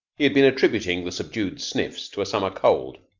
he had been attributing the subdued sniffs to a summer cold,